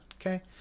okay